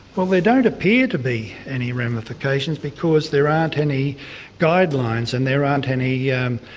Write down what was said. well, there don't appear to be any ramifications because there aren't any guidelines and there aren't any, yeah um